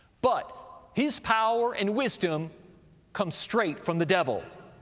but his power and wisdom comes straight from the devil,